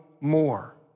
more